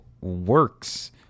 works